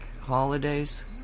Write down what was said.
holidays